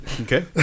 okay